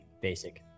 basic